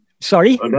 Sorry